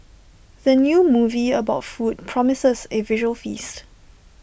the new movie about food promises A visual feast